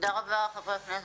תודה רבה חה"כ כהן.